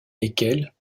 lesquels